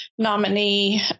Nominee